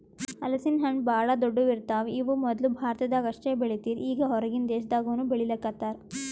ಹಲಸಿನ ಹಣ್ಣ್ ಭಾಳ್ ದೊಡ್ಡು ಇರ್ತವ್ ಇವ್ ಮೊದ್ಲ ಭಾರತದಾಗ್ ಅಷ್ಟೇ ಬೆಳೀತಿರ್ ಈಗ್ ಹೊರಗಿನ್ ದೇಶದಾಗನೂ ಬೆಳೀಲಿಕತ್ತಾರ್